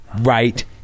right